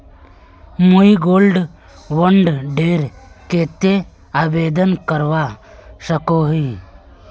मुई gold bond डेर केते आवेदन करवा सकोहो ही?